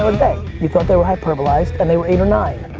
day. you thought they were hyperbolized and they were eight or nine.